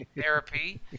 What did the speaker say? therapy